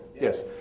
Yes